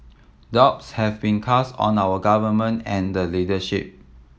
doubts have been cast on our Government and the leadership